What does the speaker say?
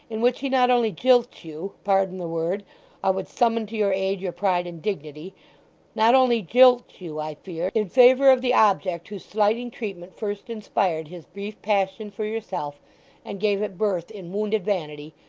in which he not only jilts you pardon the word i would summon to your aid your pride and dignity not only jilts you, i fear, in favour of the object whose slighting treatment first inspired his brief passion for yourself and gave it birth in wounded vanity,